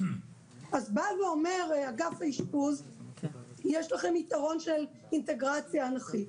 אז בא ואומר אגף האשפוז שיש לנו יתרון של אינטגרציה אנכית,